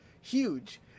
huge